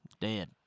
Dead